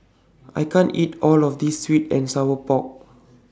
I can't eat All of This Sweet and Sour Pork